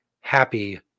happy